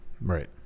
Right